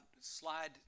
slide